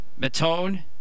Matone